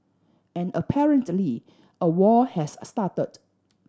and apparently a war has a started